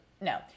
No